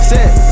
Set